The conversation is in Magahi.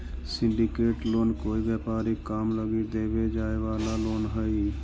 सिंडीकेटेड लोन कोई व्यापारिक काम लगी देवे जाए वाला लोन हई